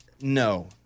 no